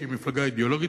שהיא מפלגה אידיאולוגית,